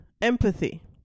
empathy